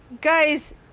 guys